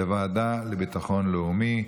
לוועדה לביטחון לאומי.